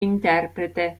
interprete